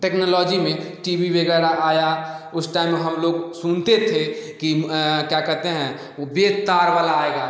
technology में T V वगैरह आया उस टाइम हम लोग सुनते थे कि क्या कहते हैं वो बेतार वाला आएगा